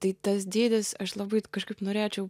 tai tas dydis aš labai kažkaip norėčiau